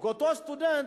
אותו סטודנט,